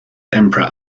emperor